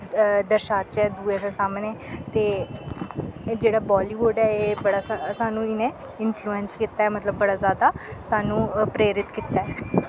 दर्शाचै दुएं दे सामनै ते एह् जेह्ड़ा बालीवुड ऐ एह् बड़ा स साह्नू इनैं इंफलुऐंस कीता ऐ मतलव बड़ा जैदा साह्नू प्रेरित कीता ऐ